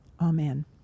Amen